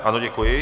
Ano, děkuji.